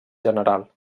general